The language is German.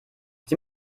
sie